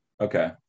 Okay